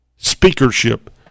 Speakership